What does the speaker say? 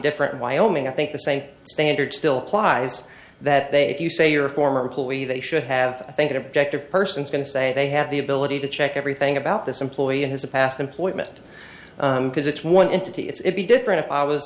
different wyoming i think the same standard still plies that they you say you're a former employee they should have i think it objective person's going to say they have the ability to check everything about this employer has a past employment because it's one entity it's be different if i was